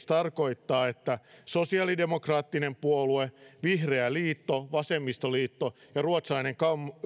tarkoittaa että sosiaalidemokraattinen puolue vihreä liitto vasemmistoliitto ja ruotsalainen